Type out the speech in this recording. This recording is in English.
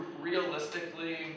Realistically